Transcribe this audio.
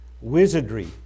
wizardry